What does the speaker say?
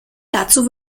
dazu